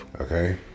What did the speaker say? Okay